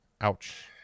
ouch